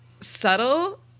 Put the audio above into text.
subtle